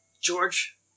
George